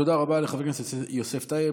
תודה רבה לחבר הכנסת יוסף טייב.